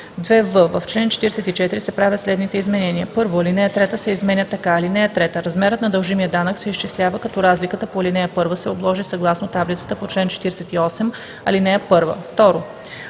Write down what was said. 2в. В чл. 44 се правят следните изменения: 1. Ал. 3 се изменя така: „(3) Размерът на дължимия данък се изчислява като разликата по ал. 1 се обложи съгласно таблицата по чл. 48, ал. 1.“ 2.